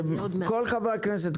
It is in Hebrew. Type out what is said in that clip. כל חברי הכנסת,